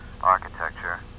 architecture